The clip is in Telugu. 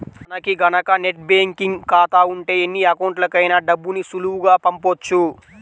మనకి గనక నెట్ బ్యేంకింగ్ ఖాతా ఉంటే ఎన్ని అకౌంట్లకైనా డబ్బుని సులువుగా పంపొచ్చు